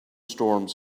storms